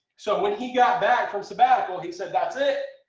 so when he got back from sabbatical. he said, that's it.